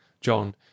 john